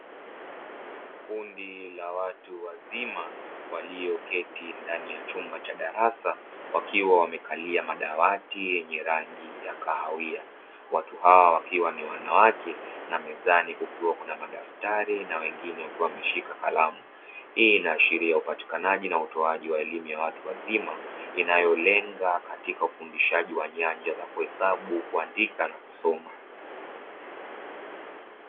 Kundi la watu wazima walioketi ndani ya chumba cha darasa wakiwa wamekalia madawati yenye rangi ya kahawia, watu hawa wakiwa ni wanawake na mezani kukiwa kuna madaftari na wengine wakiwa wameshika kalamu. Hii inaashiria upatikanaji na utoaji wa elimu ya watu wazima inayolenga katika ufundishaji wa nyanja za kuhesabu, kuandika na kusoma.